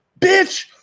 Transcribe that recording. bitch